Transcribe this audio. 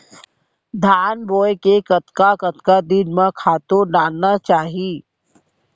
धान बोए के कतका कतका दिन म खातू डालना चाही?